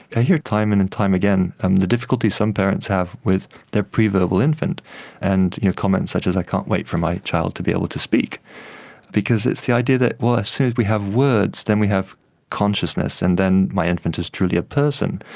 i hear time and and time again um the difficulty some parents have with their preverbal infant and, common, such as, i can't wait for my child to be able to speak because it's the idea that as soon as we have words then we have consciousness and then my infant is truly a person.